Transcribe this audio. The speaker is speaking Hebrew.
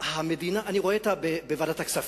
אני רואה אותה בוועדת הכספים.